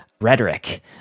rhetoric